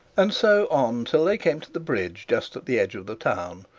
and so on till they came to the bridge just at the edge of the town,